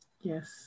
yes